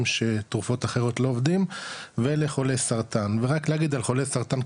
שתרופות אחרות לא עובדים ולחולי סרטן ורק להגיד על חולי סרטן,